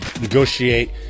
negotiate